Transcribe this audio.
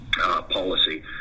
policy